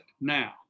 now